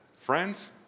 Friends